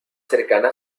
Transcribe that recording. cercana